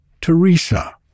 Teresa